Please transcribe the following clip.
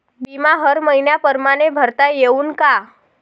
बिमा हर मइन्या परमाने भरता येऊन का?